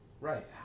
Right